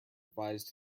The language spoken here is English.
advised